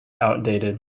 outdated